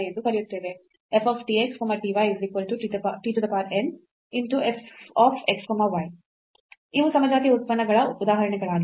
f tx ty tn f x y ಇವು ಸಮಜಾತೀಯ ಉತ್ಪನ್ನಗಳ ಉದಾಹರಣೆಗಳಾಗಿವೆ